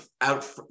out